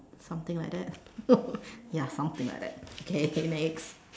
something like that ya something like that okay next